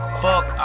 fuck